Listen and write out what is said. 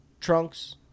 Trunks